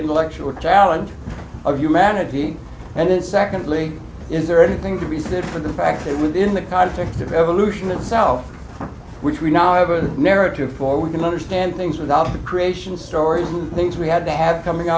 intellectual challenge of humanity and then secondly is there anything to be said for the fact that within the context of evolution itself which we now have a narrative for we're going to understand things without the creation stories the things we had to have coming